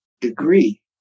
degree